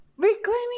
Reclaiming